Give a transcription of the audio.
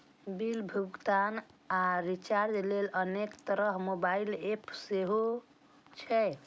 bill भुगतान आ recharge लेल अनेक तरहक मोबाइल एप सेहो छै